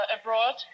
abroad